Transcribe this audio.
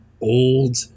old